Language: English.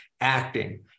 acting